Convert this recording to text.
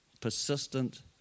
persistent